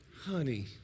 Honey